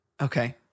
Okay